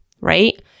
right